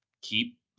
keep